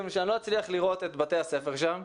וכדי שלא אצליח לראות את בתי הספר שם.